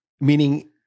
Meaning-